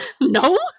no